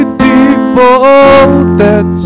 devoted